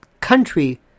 country